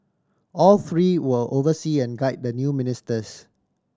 all three will oversee and guide the new ministers